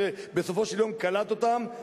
שבסופו של יום קלט אותם,